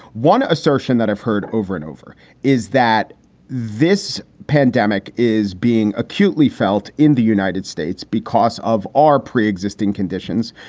one assertion that i've heard over and over is that this pandemic is being acutely felt in the united states because of our pre-existing conditions,